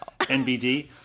NBD